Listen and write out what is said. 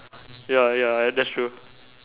ya ya that's true